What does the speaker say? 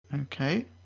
Okay